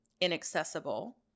inaccessible